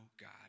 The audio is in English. God